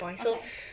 okay